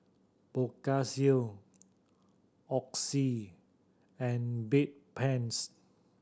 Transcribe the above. Blephagel Oxy and Bedpans